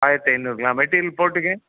ஆயிரத்து ஐநூறுங்களா மெட்டீரியல் போட்டுங்க